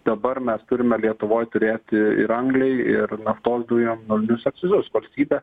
dabar mes turime lietuvoj turėti ir anglį ir naftos dujom naujus akcizus valstybė